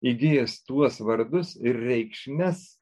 įgijęs tuos vardus ir reikšmes